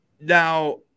now